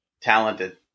talented